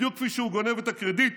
בדיוק כמו שהוא גונב את הקרדיט